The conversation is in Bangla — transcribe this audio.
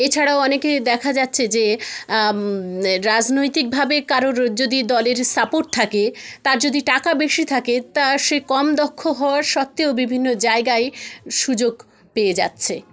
এছাড়াও অনেকে দেখা যাচ্ছে যে রাজনৈতিকভাবে কারোর যদি দলের সাপোর্ট থাকে তার যদি টাকা বেশি থাকে তা সে কম দক্ষ হওয়ার সত্ত্বেও বিভিন্ন জায়গায় সুযোগ পেয়ে যাচ্ছে